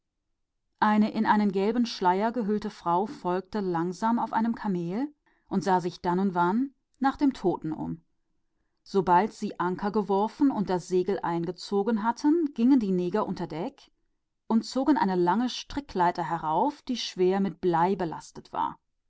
eine frau in einem gelben schleier folgte langsam auf einem kamel und sah sich von zeit zu zeit nach dem leichnam um sobald sie anker geworfen hatten und das segel eingeholt war stiegen die neger in den raum hinunter und holten eine lange strickleiter herauf die mit bleigewichten schwer behängt war